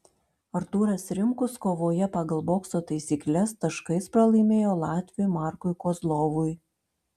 artūras rimkus kovoje pagal bokso taisykles taškais pralaimėjo latviui markui kozlovui